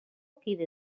kide